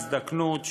הזדקנות,